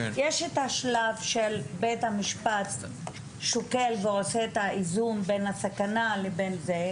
יש את השלב שבית המשפט שוקל ועושה את האיזון בין הסכנה לבין זה,